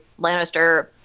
Lannister